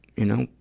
you know,